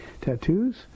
tattoos